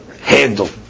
handle